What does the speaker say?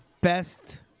Best